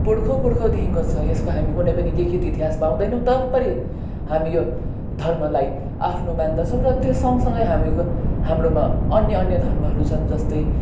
पुर्खौ पुर्खौदेखिको छ यसको हामी कुनै पनि लिखित इतिहास पाउँदैनौँ तर पनि हामी यो धर्मलाई आफ्नो मान्दछौँ र त्यो सँगसँगै हामीको हाम्रोमा अन्य अन्य धर्महरू छन् जस्तै